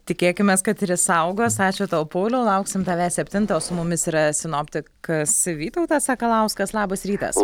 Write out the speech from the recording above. tikėkimės kad ir išsaugos ačiū tau pauliau lauksim tavęs septintą o su mumis yra sinoptikas vytautas sakalauskas labas rytas